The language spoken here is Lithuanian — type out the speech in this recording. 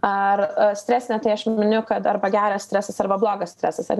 ar stresinė tai aš miniu kad arba geras stresas arba blogas stresas ar